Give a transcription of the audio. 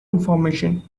information